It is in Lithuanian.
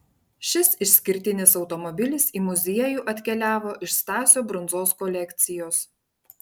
šis išskirtinis automobilis į muziejų atkeliavo iš stasio brundzos kolekcijos